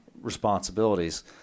responsibilities